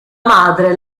madre